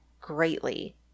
greatly